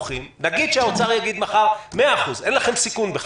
נגיד שהאוצר יגיד מחר: 100%, אין לכם סיכון בכלל,